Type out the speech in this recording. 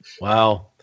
Wow